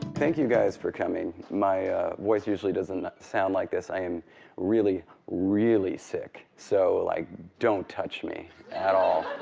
thank you guys for coming. my voice usually doesn't sound like this. i am really, really sick. so like don't touch me at all.